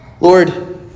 Lord